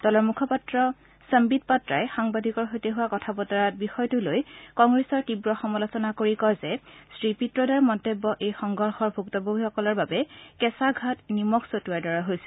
দলৰ মুখপাত্ৰ সম্বিত পাত্ৰই সাংবাদিকৰ সৈতে হোৱা কথা বতৰাত বিষয়টোলৈ কংগ্ৰেছৰ তীৱ সমালোচনা কৰি কয় যে শ্ৰীপিট্টোডাৰ মন্তব্য এই সংঘৰ্ষৰ ভুক্তভোগীসকলৰ বাবে কেঁচা ঘাঁত নিমখ ছটিওৱাৰ দৰে হৈছে